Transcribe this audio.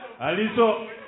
Aliso